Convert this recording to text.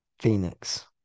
Phoenix